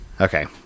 okay